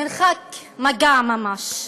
מרחק נגיעה ממש.